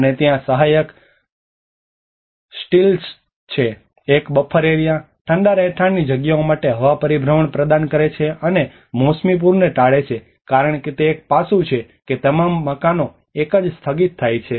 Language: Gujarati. અને ત્યાં સહાયક સ્ટિલ્ટ્સ છે એક બફર એરિયા ઠંડા રહેઠાણની જગ્યાઓ માટે હવા પરિભ્રમણ પ્રદાન કરે છે અને મોસમી પૂરને ટાળે છે કારણ કે તે એક પાસું છે કે તમામ મકાનો એક જ સ્થગિત થાય છે